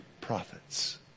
prophets